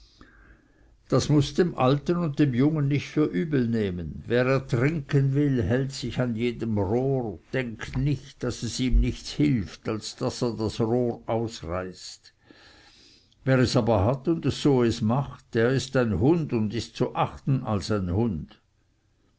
das mußt dem alten und dem jungen nicht für übel nehmen wer ertrinken will hält sich an jedem rohr denkt nicht daß es ihm nichts hilft als daß er das rohr ausreißt wer es aber hat und so es macht der ist ein hund und ist zu achten als ein hund